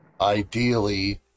ideally